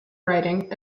writing